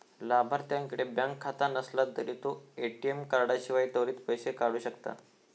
लाभार्थ्याकडे बँक खाता नसला तरी तो ए.टी.एम कार्डाशिवाय त्वरित पैसो काढू शकता